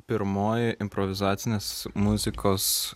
pirmoji improvizacinės muzikos